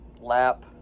Lap